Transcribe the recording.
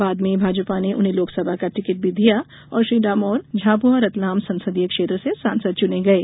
बाद में भाजपा ने उन्हें लोकसभा का टिकट भी दिया और श्री डामोर झाबुआ रतलाम संसदीय क्षेत्र से सांसद चुने गये